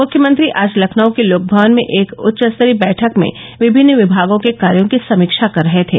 मुख्यमंत्री आज लखनऊ के लोकभवन में एक उच्चस्तरीय बैठक में विभिन्न विभागों के कार्यो की समीक्षा कर रहे थे